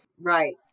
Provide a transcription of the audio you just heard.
Right